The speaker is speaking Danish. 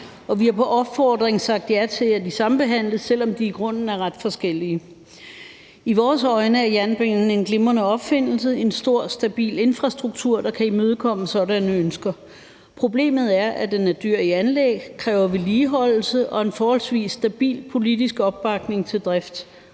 Vi har på opfordring sagt ja til, at de sambehandles, selv om de i grunden er ret forskellige. I vores øjne er jernbanen en glimrende opfindelse, en stor stabil infrastruktur, der kan imødekomme sådanne ønsker. Problemet er, at den er dyr i anlæg og kræver vedligeholdelse og en forholdsvis stabil politisk opbakning til drift